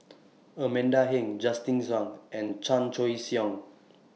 Amanda Heng Justin Zhuang and Chan Choy Siong